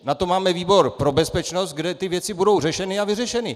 Na to máme výbor pro bezpečnost, kde ty věci budou řešeny a vyřešeny!